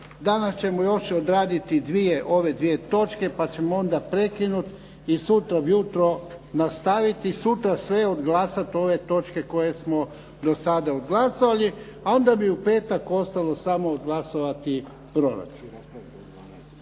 Danas ćemo još odraditi ove 2 točke pa ćemo onda prekinut i sutra ujutro nastaviti, sutra sve odglasati ove točke koje smo do sada odglasovali, a onda bi u petak ostalo samo glasovati proračun